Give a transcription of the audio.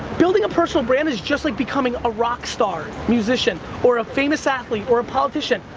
building a personal brand is just like becoming a rock star, musician, or a famous athlete, or a politician.